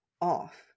off